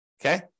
okay